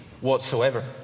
whatsoever